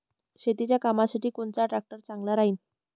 शेतीच्या कामासाठी कोनचा ट्रॅक्टर चांगला राहीन?